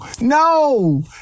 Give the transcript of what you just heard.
No